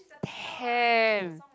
ten